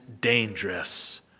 dangerous